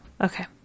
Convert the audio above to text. Okay